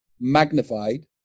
Magnified